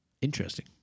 Interesting